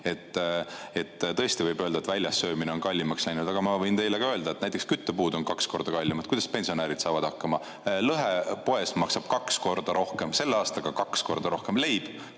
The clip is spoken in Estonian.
on? Tõesti võib öelda, et väljas söömine on kallimaks läinud, aga ma võin teile öelda, et ka näiteks küttepuud on kaks korda kallimaks läinud. Kuidas pensionärid saavad hakkama? Lõhe poes maksab kaks korda rohkem, selle aastaga kaks korda rohkem, leib